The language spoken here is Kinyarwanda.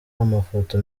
amafoto